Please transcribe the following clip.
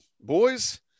Boys